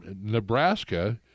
Nebraska